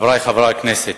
חברי חברי הכנסת,